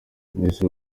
minisitiri